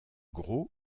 gros